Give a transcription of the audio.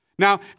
Now